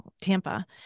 Tampa